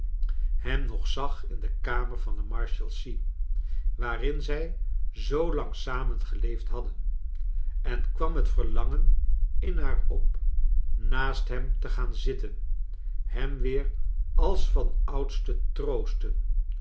hem nog zag in de kamer van de marshalsea waarin zij zoo lang samen geleefd hadden en kwam het verlangen in haar op naast hem te gaan zitten hem weer als van ouds te troosten